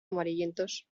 amarillentos